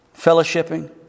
fellowshipping